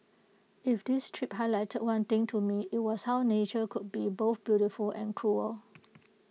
if this trip highlighted one thing to me IT was how nature could be both beautiful and cruel